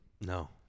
No